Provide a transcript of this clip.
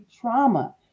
trauma